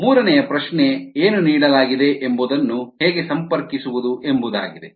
ಮೂರನೆಯ ಪ್ರಶ್ನೆ ಏನು ನೀಡಲಾಗಿದೆ ಎಂಬುದನ್ನು ಹೇಗೆ ಸಂಪರ್ಕಿಸುವುದು ಎಂಬುದಾಗಿದೆ